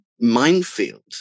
minefield